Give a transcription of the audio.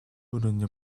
өрөөний